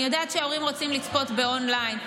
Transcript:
אני יודעת שההורים רוצים לצפות און-ליין.